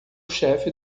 chefe